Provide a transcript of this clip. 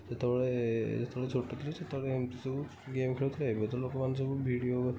ଯେତେବେଳେ ଯେତେବେଳେ ଛୋଟ ଥିଲୁ ସେତେବେଳେ ଏମିତି ସବୁ ଗେମ୍ ଖେଳୁଥିଲେ ଏବେ ତ ଲୋକମାନେ ସବୁ ଭିଡ଼ିଓ